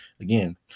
again